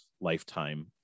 lifetime